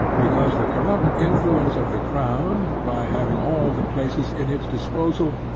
because the corrupt influence of the crown, by having all the places in its disposal,